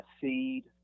seed